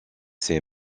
ses